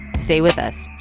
stay with us